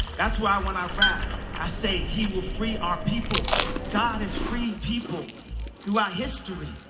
that's why when i rap i say he will free our people god has freed people throughout history